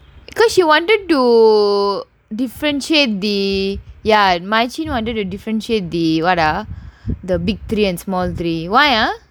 because she wanted to differentiate the ya wanted to differentiate the what are the big three and small three why ah